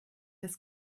das